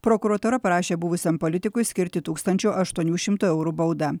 prokuratūra prašė buvusiam politikui skirti tūkstančio aštuonių šimtų eurų baudą